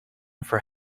for